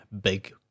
big